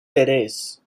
tres